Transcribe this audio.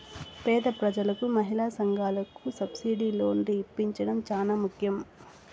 పేద ప్రజలకు మహిళా సంఘాలకు సబ్సిడీ లోన్లు ఇప్పించడం చానా ముఖ్యం